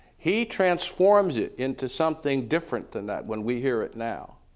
he transforms it into something different than that when we hear it now.